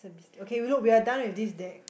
it'a a biscuit okay we look we are done with this deck